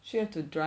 still have to drive